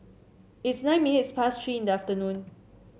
its nine minutes past Three in the afternoon